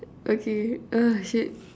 okay uh shit